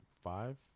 five